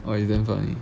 !wah! is damn funny